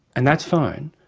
and that's fine.